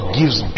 gives